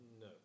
No